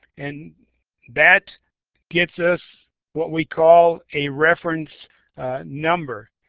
and that gets us what we call a reference number,